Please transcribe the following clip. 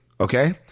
okay